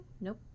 Nope